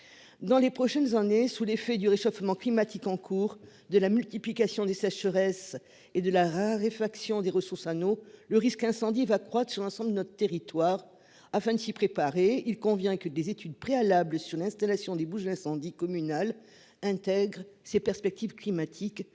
Dans les prochaines années, sous l'effet du réchauffement climatique en cours, de la multiplication des sécheresses et de la raréfaction des ressources anneaux le risque incendie va croître sur l'ensemble de notre territoire afin de s'y préparer, il convient que des études préalables sur l'installation des bouches d'incendie communal intègre ces perspectives climatiques telles